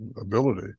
ability